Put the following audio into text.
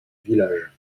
village